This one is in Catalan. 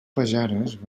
pajares